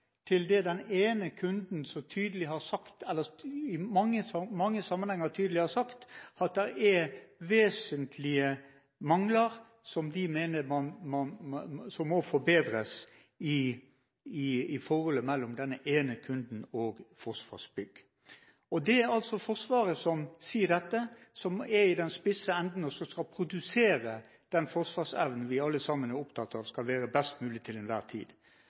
til det den ene kunden i mange sammenhenger så tydelig har sagt, at det er vesentlige mangler som må forbedres i forholdet mellom denne ene kunden og Forsvarsbygg. Det er altså Forsvaret som sier dette, som er i den spisse enden og skal produsere den forsvarsevnen vi alle sammen er opptatt av skal være best mulig til enhver tid.